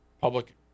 public